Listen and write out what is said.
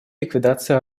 ликвидации